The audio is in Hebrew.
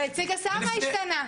אבל הציג השר מה השתנה.